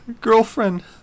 ...girlfriend